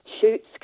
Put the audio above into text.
shoots